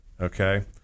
okay